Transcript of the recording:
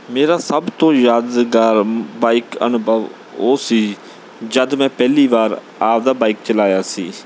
ਮੇਰਾ ਸਭ ਤੋਂ ਯਾਦਗਾਰ ਬਾਈਕ ਅਨੁਭਵ ਉਹ ਸੀ ਜਦ ਮੈਂ ਪਹਿਲੀ ਵਾਰ ਆਪਦਾ ਬਾਈਕ ਚਲਾਇਆ ਸੀ